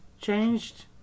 changed